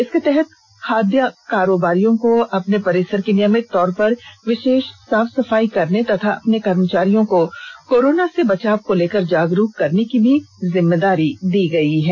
इसके तहत खाद्य कारोबारियों को अपने परिसर की नियमित तौर पर विशेष साफ सफाई करने तथा अपने कर्मचारियों को कोरोना से बचाव को लेकर जागरुक करने की भी जिम्मेदारी निभानी है